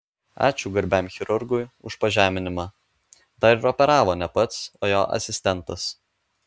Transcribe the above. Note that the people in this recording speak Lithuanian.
ačiū garbiam chirurgui už pažeminimą dar ir operavo ne pats o jo asistentas